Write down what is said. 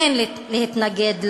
אין להתנגד לו,